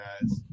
guys